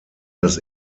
das